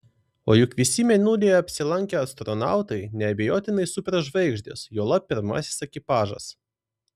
o juk visi mėnulyje apsilankę astronautai neabejotinai superžvaigždės juolab pirmasis ekipažas